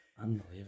Unbelievable